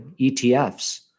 ETFs